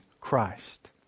Christ